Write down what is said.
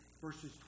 verses